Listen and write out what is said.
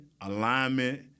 alignment